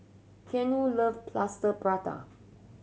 Keanu love Plaster Prata